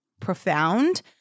profound